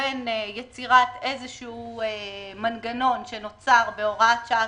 לבין יצירת איזשהו מנגנון שנוצר בהוראת שעה,